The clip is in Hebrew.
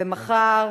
ומחר